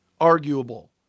Arguable